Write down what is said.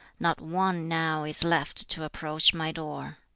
not one now is left to approach my door.